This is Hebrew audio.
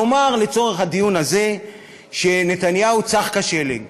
נאמר לצורך הדיון הזה שנתניהו צח כשלג,